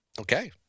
Okay